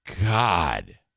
God